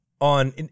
on